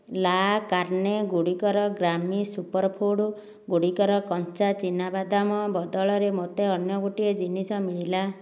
ଲା କାର୍ଣ୍ଣେ ଗୁଡ଼ିକର ଗ୍ରାମି ସୁପର୍ ଫୁଡ଼୍ ଗୁଡ଼ିକର କଞ୍ଚା ଚିନାବାଦାମ ବଦଳରେ ମୋତେ ଅନ୍ୟ ଗୋଟିଏ ଜିନିଷ ମିଳିଲା